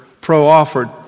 pro-offered